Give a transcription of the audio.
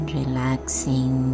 relaxing